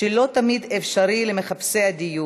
שלא תמיד אפשרי למחפשים דיור,